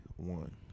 one